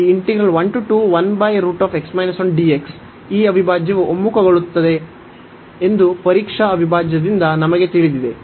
ಈ ಈ ಅವಿಭಾಜ್ಯವು ಒಮ್ಮುಖಗೊಳ್ಳುತ್ತದೆ ಎಂದು ಪರೀಕ್ಷಾ ಅವಿಭಾಜ್ಯದಿಂದ ನಮಗೆ ತಿಳಿದಿದೆ